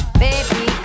baby